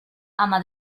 ama